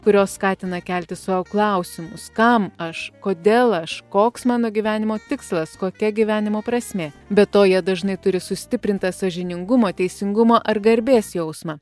kurios skatina kelti sau klausimus kam aš kodėl aš koks mano gyvenimo tikslas kokia gyvenimo prasmė be to jie dažnai turi sustiprintą sąžiningumo teisingumo ar garbės jausmą